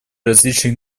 различных